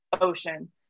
Ocean